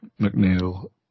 McNeil